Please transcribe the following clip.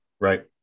right